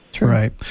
Right